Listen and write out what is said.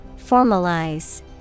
Formalize